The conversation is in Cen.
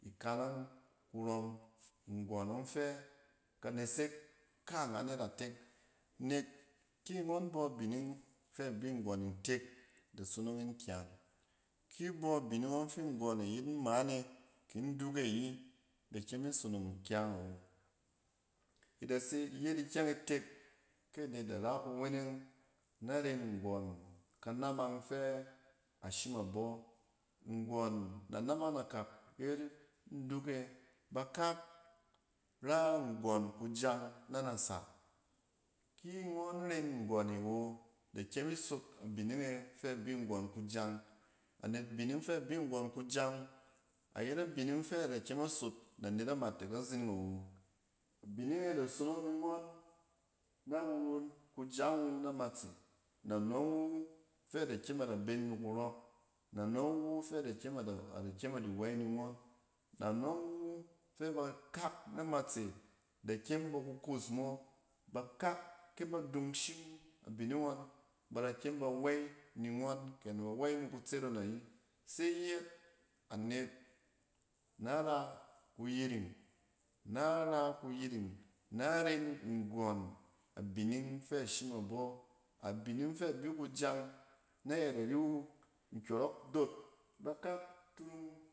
Ikanang kurↄm nggↄn ↄng fɛ ka nesek kaangan iratek. Nek ki ngↄn bↄ bining fɛ bi nggↄn ntek, da sonong yin kyang. Ki bɛ abining ↄng fi nggↄn e yet amaane ke nduk e ayi da kyem isonong kyang awo. I da se iyet ikyɛng itek kea net da rakuweneng, nar ren nggↄn kanomang fɛ ashim a bↄ. Nggↄn na naming na kak yet nduk e, bakak ra nggↄn kijang na na sa. Ki ngↄn ren nggↄn e awo, da kyem isok abining e fɛ bi nggↄn kujang. Anet, bining fɛ bi nggↄn kujang ayet abining fɛ ada kyem asot na nek amatek azining awo. Abining e da sonong ni ngↄn na nguut kujang wun na matse na nↄng wu fɛ da kyem ada be nikↄrↄk. na nↄng wu fɛ ada kyem ada ada kyem adi wey ni ngↄn. na ngↄn wu fɛ ba kɛk na matse da kyem ba ku kuus ma ba kak kɛ ba dung shim abining ngↄn ba da kyem ba wey ni ngↄn ke nɛ ba wey ni kutset ngↄn ayi, ise yɛt anet na ra kuyiring, na ra kuyiring, na ren nggↄn a bining fɛ shim abↄ. Abining fɛ bi kujang na yɛt ari wu, nkyↄrↄk dot ba kak tunang.